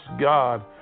God